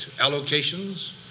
allocations